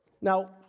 Now